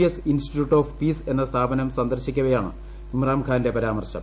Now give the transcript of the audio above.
S institute of peace എന്ന സ്ഥാപനം സന്ദർശിക്കവേയാണ് ഇമ്രാൻഖാന്റെ പരാമർശം